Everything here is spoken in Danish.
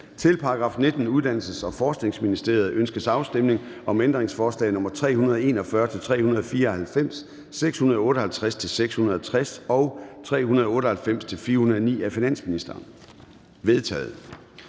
Til § 19. Uddannelses- og Forskningsministeriet. Ønskes afstemning om ændringsforslag nr. 341-394, 658-660 og 398-409 af finansministeren? De er